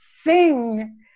sing